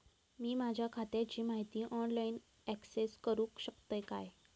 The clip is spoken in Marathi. मी माझ्या खात्याची माहिती ऑनलाईन अक्सेस करूक शकतय काय?